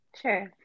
Sure